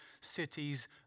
cities